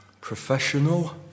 professional